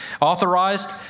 authorized